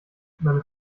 meine